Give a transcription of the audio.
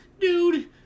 dude